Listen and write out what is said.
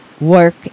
work